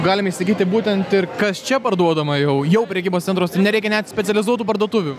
galim įsigyti būtent ir kas čia parduodama jau jau prekybos centruose nereikia net specializuotų parduotuvių